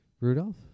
Rudolph